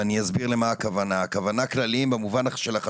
אותו: אכן אין בעיה מבחינת הפקולטות לקלינאיות